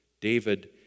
David